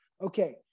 okay